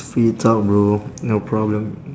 free talk bro no problem